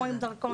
עם דרכון.